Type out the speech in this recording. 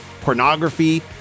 pornography